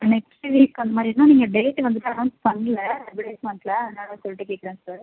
next week அது மாதிரினா நீங்கள் டேட் வந்துவிட்டு அனௌன்ஸ் பண்ணல அட்வடைஸ்மெண்ட்டில் அதனால் சொல்லிட்டு கேட்குறேன் சார்